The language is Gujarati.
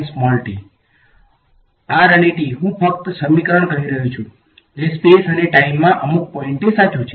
R અને t ના r અને t હું ફક્ત સમીકરણ કહી રહ્યો છું કે જે સ્પેસ અને ટાઈમમાં અમુક પોઈંટે સાચું છે